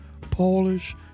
Polish